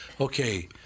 okay